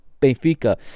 Benfica